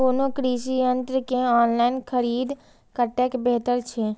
कोनो कृषि यंत्र के ऑनलाइन खरीद कतेक बेहतर छै?